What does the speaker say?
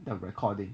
the recording